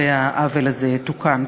והעוול הזה יתוקן.